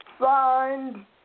signed